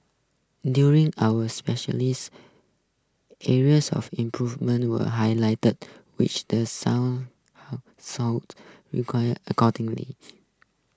during our areas of improvement were highlighted the which The Sun sold require